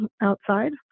outside